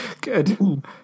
Good